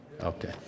Okay